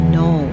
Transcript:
no